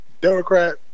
Democrat